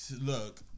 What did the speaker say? Look